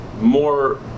more